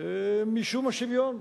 משום השוויון.